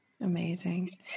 Amazing